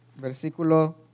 Versículo